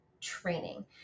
training